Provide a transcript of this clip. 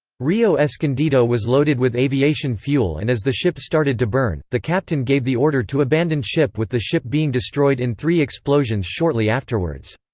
rio escondido was loaded with aviation fuel and as the ship started to burn, the captain gave the order to abandon ship with the ship being destroyed in three explosions shortly afterwards.